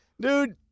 Dude